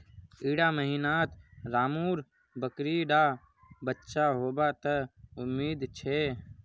इड़ा महीनात रामु र बकरी डा बच्चा होबा त उम्मीद छे